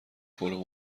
پلو